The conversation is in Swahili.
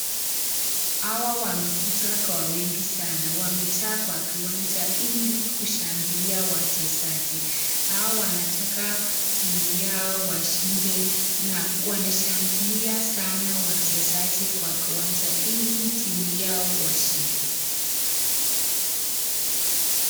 Hawa wamekuja kwa wengi sana. Wamejaa kwa kiwanja ili kushangilia wachezaji. Hawa wanataka timu yao washinde na wanashangilia sana wachezaji kwa kiwanja ili timu yao washinde.